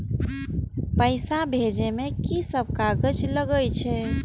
पैसा भेजे में की सब कागज लगे छै?